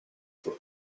for